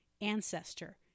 ancestor